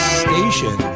station